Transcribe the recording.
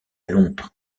londres